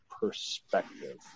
perspective